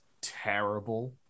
terrible